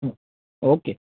હમ્મ okay